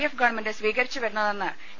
F government സ്വീകരിച്ചുവരുന്നതെന്ന് A